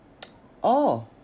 orh